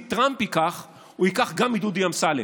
טראמפ ייקח הוא ייקח גם מדודי אמסלם.